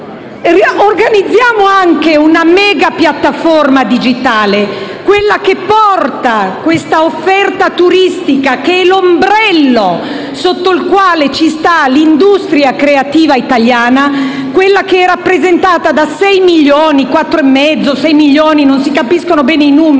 Organizziamo anche una mega piattaforma digitale, quella che porta questa offerta turistica che è l'ombrello sotto il quale sta l'industria creativa italiana, che è rappresentata da 4,5-6 milioni (non si capiscono bene i numeri)